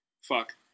fuck